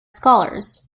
scholars